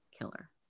killer